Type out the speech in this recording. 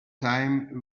time